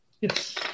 Yes